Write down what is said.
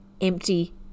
empty